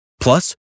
Plus